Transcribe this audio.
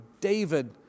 David